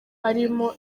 harimo